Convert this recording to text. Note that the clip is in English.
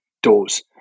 doors